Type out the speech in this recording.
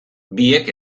biek